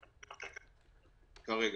כרגע.